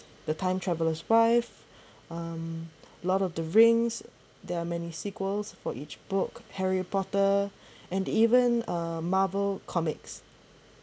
the time travellers five um lord of the rings there are many sequels for each book harry porter and even uh Marvel comics